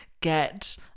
get